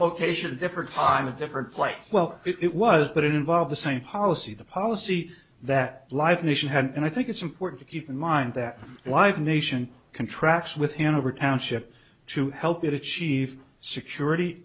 location a different climate different place well it was but it involved the same policy the policy that live nation had and i think it's important to keep in mind that live nation contracts with hanover township to help it achieve security